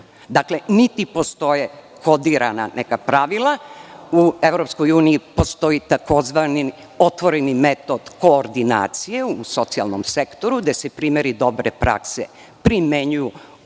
Tačno, niti postoje neka kodirana pravila. U EU postoje tzv. otvoreni metod koordinacije u socijalnom sektoru, gde se primeri dobre prakse primenjuju u